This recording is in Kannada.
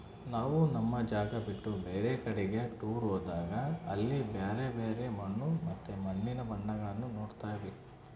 ನಾವು ನಮ್ಮ ಜಾಗ ಬಿಟ್ಟು ಬೇರೆ ಕಡಿಗೆ ಟೂರ್ ಹೋದಾಗ ಅಲ್ಲಿ ಬ್ಯರೆ ಬ್ಯರೆ ಮಣ್ಣು ಮತ್ತೆ ಮಣ್ಣಿನ ಬಣ್ಣಗಳನ್ನ ನೋಡ್ತವಿ